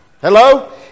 Hello